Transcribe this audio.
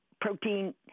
protein